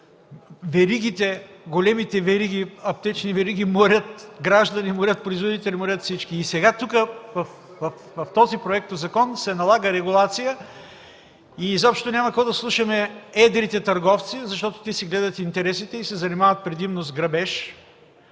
нищо! Големите аптечни вериги морят граждани, морят производители, морят всички. Сега с този проектозакон се налага регулация и изобщо няма какво да слушаме едрите търговци, защото те си гледат интересите и се занимават предимно с грабеж.